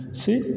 see